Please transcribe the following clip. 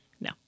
No